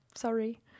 Sorry